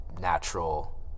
natural